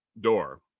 door